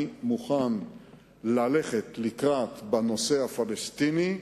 אני מוכן ללכת לקראת בנושא הפלסטיני,